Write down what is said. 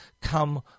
come